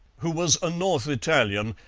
who was a north italian,